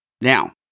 Now